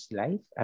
life